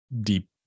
deep